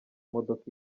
modoka